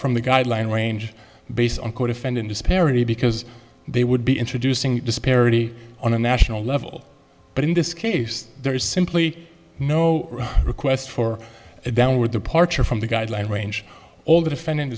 from the guideline range based on codefendant disparity because they would be introducing the disparity on a national level but in this case there is simply no request for a downward departure from the guideline range all the defendant